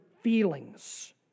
feelings